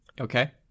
Okay